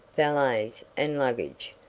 valets, and luggage.